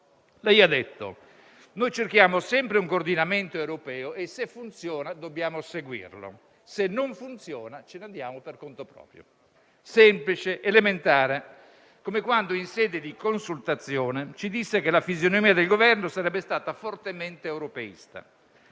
Lei ha detto che cerchiamo sempre un coordinamento europeo e, se funziona, dobbiamo seguirlo; se non funziona, ce ne andiamo per conto nostro. Semplice, elementare, come quando in sede di consultazione si disse che la fisionomia del Governo sarebbe stata fortemente europeista,